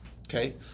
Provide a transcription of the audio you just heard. Okay